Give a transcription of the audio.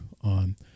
on